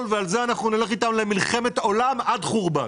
ועל זה אנחנו נלך איתם למלחמת עולם עד חורבן.